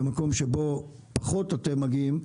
במקומות שבהם פחות אתם מגיעים,